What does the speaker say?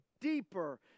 deeper